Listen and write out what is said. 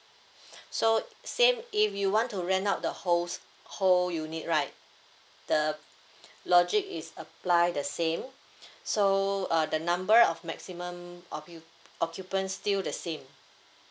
so same if you want to rent out the wholes whole unit right the logic is apply the same so uh the number of maximum of you occupant still the same